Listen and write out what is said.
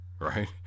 right